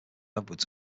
edwards